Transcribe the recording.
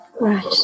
Right